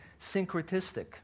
syncretistic